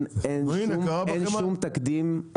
אין שום תקדים,